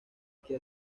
que